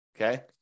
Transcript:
Okay